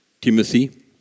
Timothy